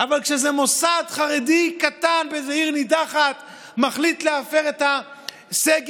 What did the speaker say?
אבל כשאיזה מוסד חרדי קטן באיזו עיר נידחת מחליט להפר את הסגר,